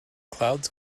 clouds